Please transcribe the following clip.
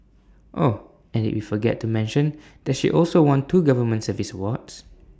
oh and did we forget to mention that she also won two government service awards